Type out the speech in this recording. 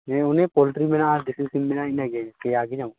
ᱦᱮᱸ ᱚᱱᱮ ᱯᱚᱞᱴᱨᱤ ᱢᱮᱱᱟᱜ ᱫᱤᱥᱤ ᱥᱤᱢ ᱢᱮᱱᱟᱜᱼᱟ ᱤᱱᱟᱹᱜᱮ ᱯᱮᱭᱟ ᱜᱮ ᱧᱟᱢᱚᱜ ᱠᱟᱱᱟ